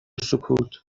سکوت